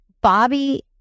Bobby